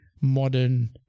modern